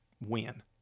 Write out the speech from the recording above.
win